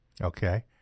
Okay